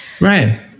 Right